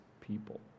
people